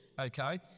okay